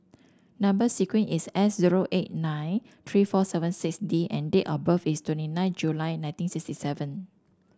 number sequence is S zero eight nine three four seven six D and date of birth is twenty nine July nineteen sixty seven